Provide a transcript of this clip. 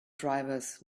drivers